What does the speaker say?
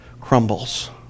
crumbles